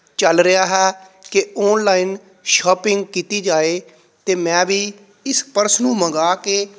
ਚੱਲ ਰਿਹਾ ਹੈ ਕਿ ਔਨਲਾਈਨ ਸ਼ੋਪਿੰਗ ਕੀਤੀ ਜਾਏ ਅਤੇ ਮੈਂ ਵੀ ਇਸ ਪਰਸ ਨੂੰ ਮੰਗਵਾ ਕੇ